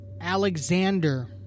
Alexander